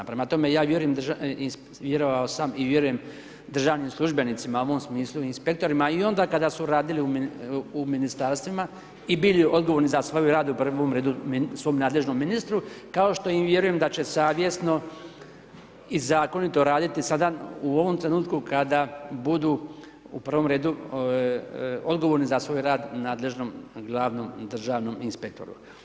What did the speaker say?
Prema tome, ja vjerovao sam i vjerujem državnim službenicima, u ovom smislu inspektorima i onda kada su radili u Ministarstvima i bili odgovorni za svoj rad u prvom redu svom nadležnom ministru, kao što i vjerujem da će savjesno i zakonito raditi sada u ovom trenutku kada budu u prvom redu odgovorni za svoj rad nadležnom glavnom državnom inspektoru.